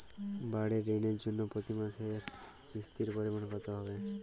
বাড়ীর ঋণের জন্য প্রতি মাসের কিস্তির পরিমাণ কত হবে?